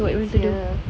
so what is the